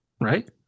right